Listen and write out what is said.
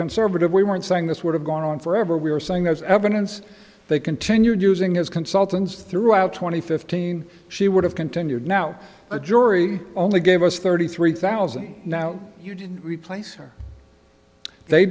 conservative we weren't saying this would have gone on forever we're saying there's evidence they continued using his consultants throughout two thousand and fifteen she would have continued now a jury only gave us thirty three thousand now you did replace her they